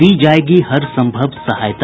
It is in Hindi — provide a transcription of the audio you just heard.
दी जायेगी हर सम्भव सहायता